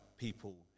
people